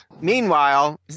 Meanwhile